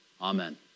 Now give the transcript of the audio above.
Amen